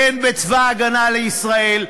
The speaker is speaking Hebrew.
הן בצבא ההגנה לישראל,